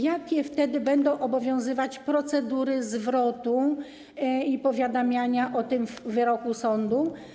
Jakie wtedy będą obowiązywać procedury zwrotu i powiadamiania o tym wyroku sądu.